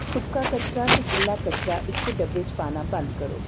सुक्का कचरा ते गिल्ला कचरा इक्कै डब्बे च पाना बंद करो